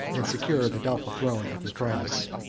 and secure the doubtful throne of macrinus.